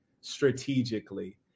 strategically